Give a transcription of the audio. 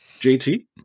JT